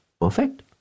perfect